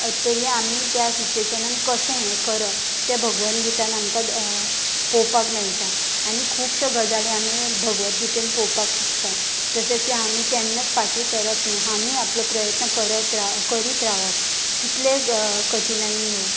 तरी आमी त्या सिचुएशनान कशें हें करप तें भगवनगीतान आमकां पळोवपाक मेळटा आनी खुबश्यो गजाली आमी भगवतगीतेन पळोवपाक शकता जशें की आमी केन्नाच फाटीं सरप न्हू आमी आपलो प्रयत्न करप राव करीत रावप कितले कठिनाय येवप